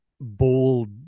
bold